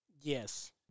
Yes